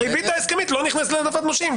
הריבית ההסכמית לא נכנסת להעדפת נושים,